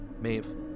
Maeve